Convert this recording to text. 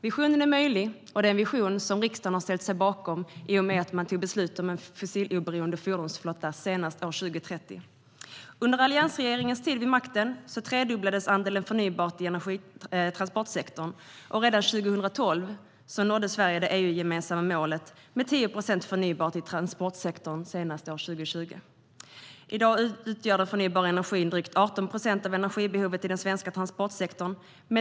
Visionen är möjlig, och det är en vision som riksdagen har ställt sig bakom i och med att man tog beslut om en fossiloberoende fordonsflotta senast år 2030. Under alliansregeringens tid vid makten tredubblades andelen förnybar energi i transportsektorn, och redan 2012 nådde Sverige det EU-gemensamma målet 10 procent förnybart i transportsektorn senast år 2020. I dag utgör den förnybara energin drygt 18 procent av energibehovet i den svenska transportsektorn.